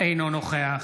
אינו נוכח